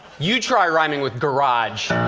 you try rhyming with garage!